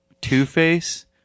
Two-Face